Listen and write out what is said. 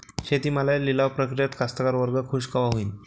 शेती मालाच्या लिलाव प्रक्रियेत कास्तकार वर्ग खूष कवा होईन?